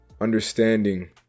understanding